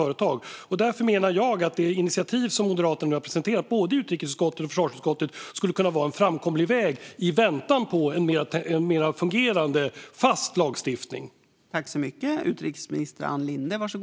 Jag menar därför att det initiativ som Moderaterna har presenterat i både utrikesutskottet och försvarsutskottet skulle kunna vara en framkomlig väg i väntan på en mer fungerande fast lagstiftning.